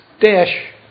dash